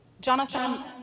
Jonathan